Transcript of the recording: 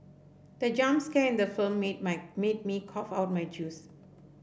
the jump scare in the film made my made me cough out my juice